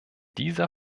dieser